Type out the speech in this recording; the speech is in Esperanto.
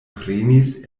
prenis